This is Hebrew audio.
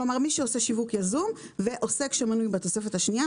כלומר מי שעושה שיווק יזום ועוסק שמנוי בתוספת השנייה.